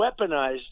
weaponized